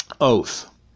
oath